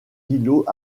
îlots